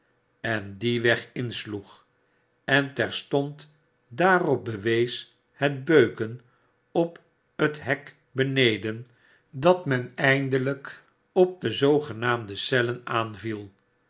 en dien weg insloeg en terstond daarop bewees het beuken op het hek beneden dat men eindelijk op de zoogenaamde cellen aanviel